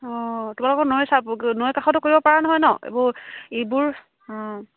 অঁ তোমালোকৰ নৈ চা নৈ কাষটো কৰিব পাৰা নহয় নহ্ এইবোৰ ইবোৰ অঁ